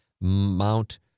Mount